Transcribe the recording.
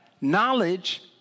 knowledge